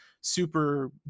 super